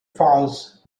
falls